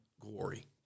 glory